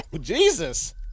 Jesus